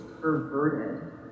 perverted